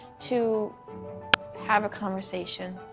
to have a conversation,